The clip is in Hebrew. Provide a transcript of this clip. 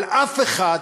אבל אף אחד,